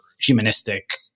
humanistic